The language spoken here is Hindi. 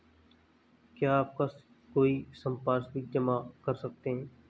क्या आप कोई संपार्श्विक जमा कर सकते हैं?